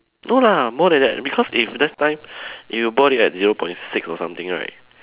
no lah more than that because if last time if you bought it at zero point six or something right